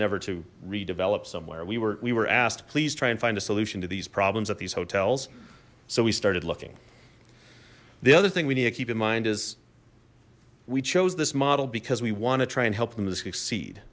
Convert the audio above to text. never to redevelop somewhere we were we were asked please try and find a solution to these problems at these hotels so we started looking the other thing we need to keep in mind is we chose this model because we want to try and help them to succeed